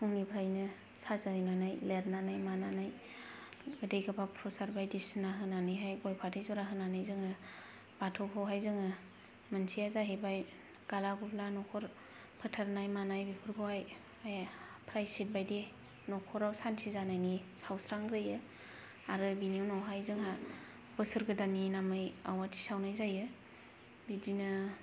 फुंनिफ्रायनो साजायनानै लेरनानै मानानै गोदै गोबाब प्रसाद बायदिसिना होनानैहाय गय फाथै जरा होनानै जोंङो बाथौखौहाय जोंङो मोनसेआ जाहैबाय गाला गुला नखर फोथारनाय मानाय बेफोरखौहाय बे प्रायसित बायदि नखराव शांति जानायनि सावस्रां ग्रोयो आरो बिनि उनावहाय जोंहा बोसोर गोदाननि नामै आवाथि सावनाय जायो बिदिनो